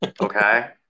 okay